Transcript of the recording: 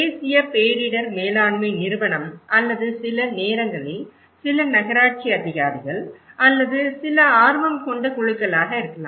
தேசிய பேரிடர் மேலாண்மை நிறுவனம் அல்லது சில நேரங்களில் சில நகராட்சி அதிகாரிகள் அல்லது சில ஆர்வம் கொண்ட குழுக்களாக இருக்கலாம்